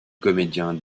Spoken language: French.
comédien